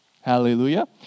Hallelujah